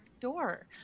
door